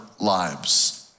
lives